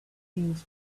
things